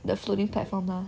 the floating platform now